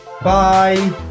Bye